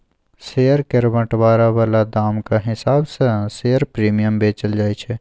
share केर बंटवारा बला दामक हिसाब सँ शेयर प्रीमियम बेचल जाय छै